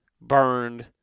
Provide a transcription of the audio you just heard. burned